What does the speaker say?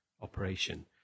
operation